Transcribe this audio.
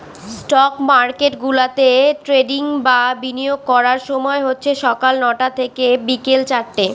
stock market গুলাতে trading বা বিনিয়োগ করার সময় হচ্ছে সকাল নটা থেকে বিকেল চারটে